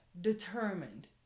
determined